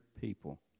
people